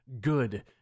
good